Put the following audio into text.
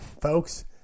folks